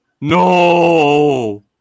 No